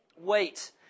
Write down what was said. wait